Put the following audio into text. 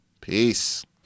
Peace